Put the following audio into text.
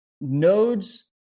nodes